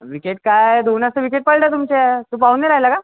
wicket काय दोनच तर विकेट पडल्या तुमच्या तू पाहून नाही राहिला का